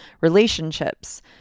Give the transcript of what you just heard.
relationships